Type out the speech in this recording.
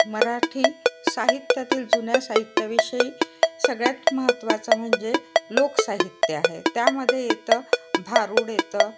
मराठी साहित्यातील जुन्या साहित्याविषयी सगळ्यात महत्त्वाचं म्हणजे लोकसाहित्य आहे त्यामध्ये येतं भारुड येतं